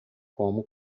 como